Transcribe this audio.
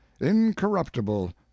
incorruptible